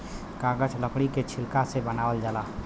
कागज लकड़ी के छिलका से बनावल जाला